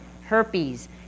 herpes